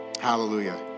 Hallelujah